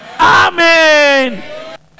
Amen